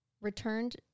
returned